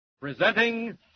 Presenting